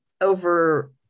over